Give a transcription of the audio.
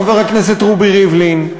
חבר הכנסת רובי ריבלין,